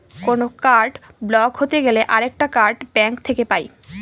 কোনো card block হতে গেলে আরেকটা কার্ড ব্যাঙ্ক থেকে পাই